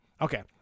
Okay